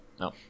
No